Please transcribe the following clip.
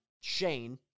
Shane